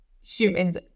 humans